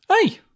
hey